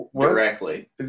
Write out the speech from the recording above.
directly